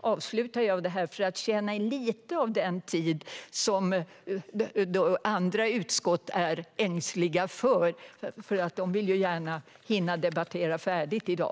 avslutar jag mitt anförande för att tjäna in lite tid av den tid som andra utskott är ängsliga för. De vill ju gärna hinna debattera färdigt i dag.